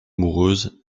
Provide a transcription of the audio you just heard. amoureuse